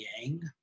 Yang